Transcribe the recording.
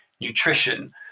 nutrition